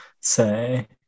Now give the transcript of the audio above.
say